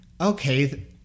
okay